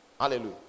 Hallelujah